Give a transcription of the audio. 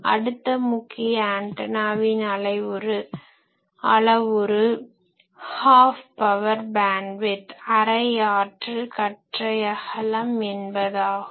அடுத்த முக்கிய ஆன்டனாவின் அளவுரு ஹாஃப் பவர் பேன்ட்விட்த் அரை ஆற்றல் கற்றை அகலம் என்பதாகும்